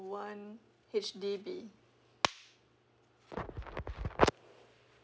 one H_D_B